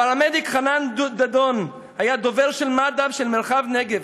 הפרמדיק חנן דדון היה דובר מד"א של מרחב נגב,